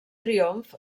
triomf